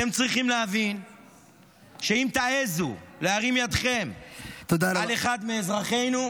אתם צריכים להבין שאם תעזו להרים ידכם על אחד מאזרחינו,